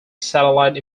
satellite